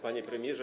Panie Premierze!